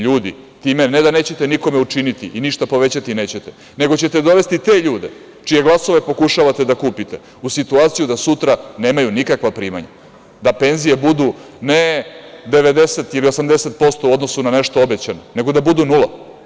Ljudi, time ne da nećete nikome učiniti i ništa povećati nećete, nego ćete dovesti te ljude čije glasove pokušavate da kupite u situaciju da sutra nemaju nikakva primanja, da penzije budu ne 90 ili 80% u odnosu na nešto obećano, nego da budu nula“